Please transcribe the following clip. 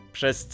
Przez